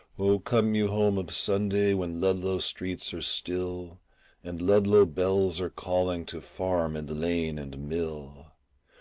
oh, come you home of sunday when ludlow streets are still and ludlow bells are calling to farm and lane and mill,